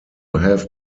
have